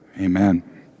Amen